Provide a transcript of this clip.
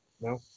No